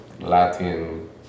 Latin